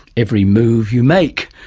every move you make.